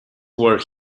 where